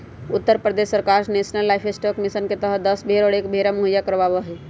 उत्तर प्रदेश सरकार national livestock mission के तहद दस भेंड़ और एक भेंड़ा मुहैया करवावा हई